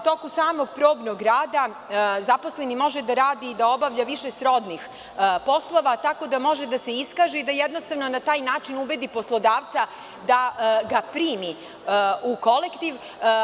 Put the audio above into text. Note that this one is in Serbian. U toku samog probnog rada zaposleni može da radi i da obavlja više srodnih poslova, tako da može da se iskaže i da jednostavno na taj način ubedi poslodavca da ga primi u kolektiv.